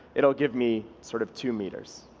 it will give me sort of two meters.